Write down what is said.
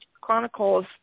chronicles